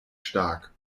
stark